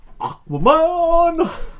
Aquaman